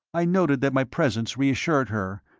i noted that my presence reassured her,